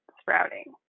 sprouting